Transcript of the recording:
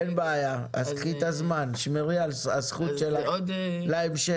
אין בעיה, קחי את הזמן, הזכות שלך נשמרת להמשך.